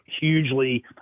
hugely